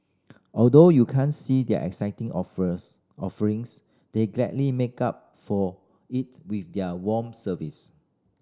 although you can't see their exciting offerings they gladly make up for it with their warm service